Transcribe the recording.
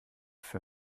für